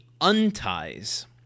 Unties